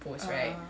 ah